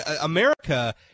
America